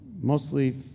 Mostly